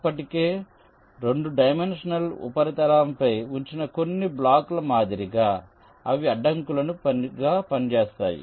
ఇప్పటికే 2 డైమెన్షనల్ ఉపరితలాలపై ఉంచిన కొన్ని బ్లాక్ల మాదిరిగా అవి అడ్డంకులుగా పనిచేస్తాయి